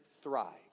thrive